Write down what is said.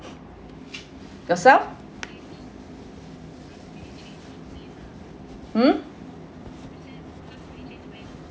yourself mm